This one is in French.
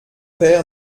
père